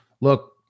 look